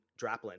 Draplin